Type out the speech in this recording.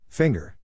Finger